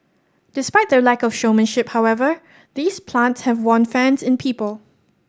despite their lack of showmanship however these plants have won fans in people